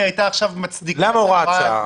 היא הייתה עכשיו מצדיקה הוראה קבועה.